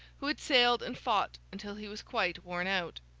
who had sailed and fought until he was quite worn out.